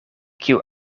kiu